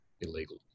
illegal